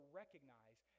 recognize